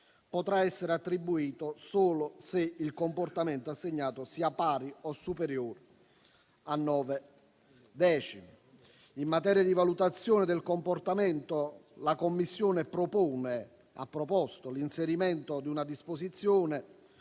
potrà essere attribuito solo se il comportamento assegnato sia pari o superiore a nove decimi. In materia di valutazione del comportamento, la Commissione ha proposto l'inserimento di una disposizione